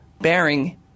bearing